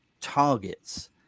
targets